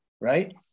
right